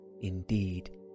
indeed